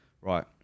right